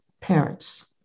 parents